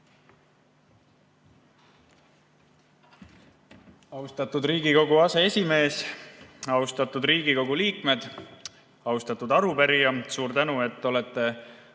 Austatud Riigikogu aseesimees! Austatud Riigikogu liikmed! Austatud arupärija, suur tänu, et olete